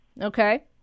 Okay